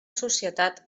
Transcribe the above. societat